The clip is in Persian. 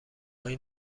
این